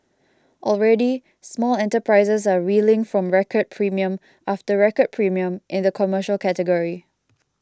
already small enterprises are reeling from record premium after record premium in the commercial category